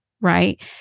right